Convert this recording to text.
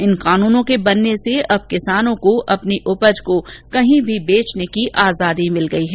इन कानूनों के बनने से अब किसानों को अपनी उपज को कहीं भी बेचने की आजादी मिल गई है